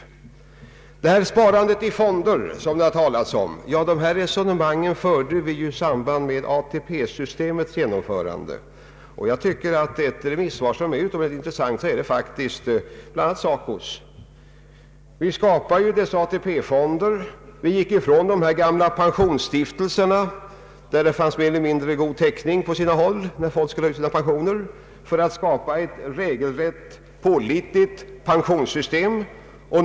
När det gäller sparandet i fonder, som det talats om, vill jag påpeka att vi förde liknande resonemang i samband med ATP-systemets genomförande. Ett remissvar som är utomordentligt intressant är faktiskt det från SACO. Det 1eder tankarna till när vi skapade ATP fonderna och gick ifrån de gamla pensionsstiftelserna — där det i många fall fanns en otillfredsställande täckning när folk skulle ha ut sina pensioner — för att få ett regelrätt och pålitligt pensionssystem.